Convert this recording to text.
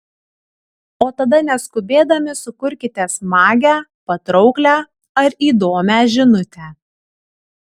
o tada neskubėdami sukurkite smagią patrauklią ar įdomią žinutę